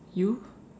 you